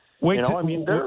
Wait